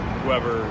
whoever